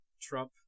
Trump